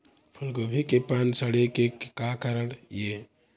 फूलगोभी के पान सड़े के का कारण ये?